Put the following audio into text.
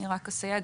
אני רק אסייג,